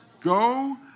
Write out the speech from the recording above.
Go